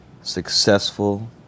successful